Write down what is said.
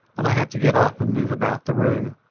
and i had to get up and move about the room.